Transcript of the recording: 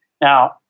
Now